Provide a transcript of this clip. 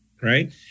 right